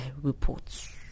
reports